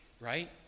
right